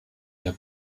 der